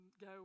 go